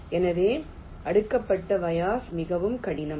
எனவே அடுக்கப்பட்ட வயாஸ் மிகவும் கடினம்